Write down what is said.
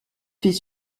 fait